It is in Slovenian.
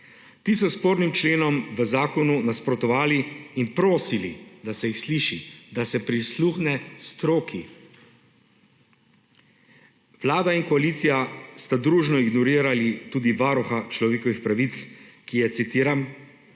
Ti so s spornim členom v zakonu nasprotovali in prosili, da se jih sliši, da se prisluhne stroki. Vlada in koalicija sta družno ignorirali tudi Varuha človekovih pravic, ki je, citiram,